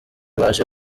baje